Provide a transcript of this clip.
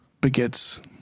begets